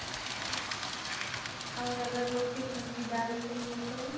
अच्छा और अगर रोटी सब्जी दाल चाहिए तो